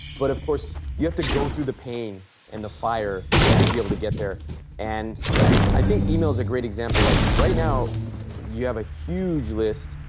but, of course, you have to go through the pain and the fire to be able to get there and i think email is a great example. like right now you have a huge list,